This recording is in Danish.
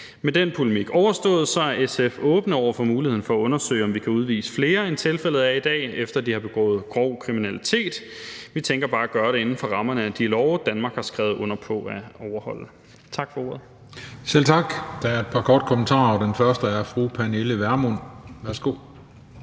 Med den polemik overstået er SF åbne over for muligheden for at undersøge, om vi kan udvise flere, end tilfældet er i dag, efter at de har begået grov kriminalitet. Vi tænker bare at gøre det inden for rammerne af de love, Danmark har skrevet under på at overholde. Tak for ordet. Kl. 14:48 Den fg. formand (Christian Juhl): Selv tak. Der er par korte bemærkninger. Den første er fra fru Pernille Vermund. Værsgo.